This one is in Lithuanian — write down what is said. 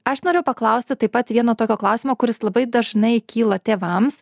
aš norėjau paklausti taip pat vieno tokio klausimo kuris labai dažnai kyla tėvams